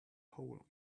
hole